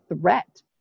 threat